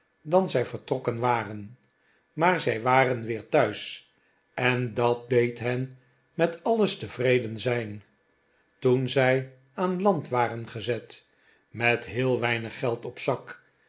dan zij vertrokken waren maar zij waren weer thuis en dat deed hen met alles tevreden zijn toen zij aan land waren gezet met heel weinig geld op zak